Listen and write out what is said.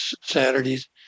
Saturdays